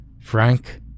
Frank